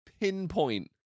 pinpoint